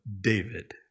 David